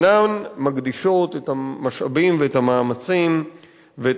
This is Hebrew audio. אינן מקדישות את המשאבים ואת המאמצים ואת